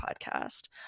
podcast